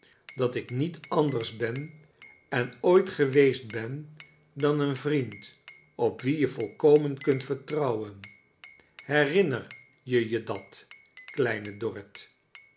dat ik niet anders ben en ooit geweest ben dan een vriend op wien je volkomen kunt vertrouwen herinner je je dat kleine dorrit